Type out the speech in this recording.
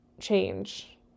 change